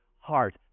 heart